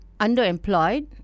underemployed